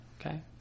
Okay